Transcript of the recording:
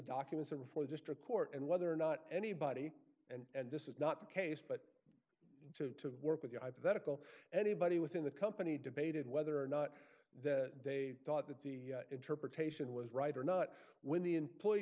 documents and for the district court and whether or not anybody and this is not the case but to work with your hypothetical anybody within the company debated whether or not that they thought that the interpretation was right or not when the employee